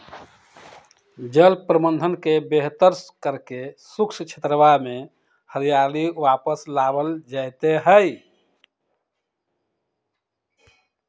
जल प्रबंधन के बेहतर करके शुष्क क्षेत्रवा में हरियाली वापस लावल जयते हई